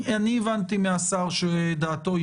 הבנתי מהשר שהוא רוצה לקבוע